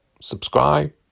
Subscribe